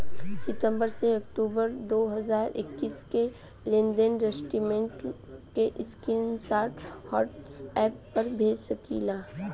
सितंबर से अक्टूबर दो हज़ार इक्कीस के लेनदेन स्टेटमेंट के स्क्रीनशाट व्हाट्सएप पर भेज सकीला?